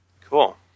Cool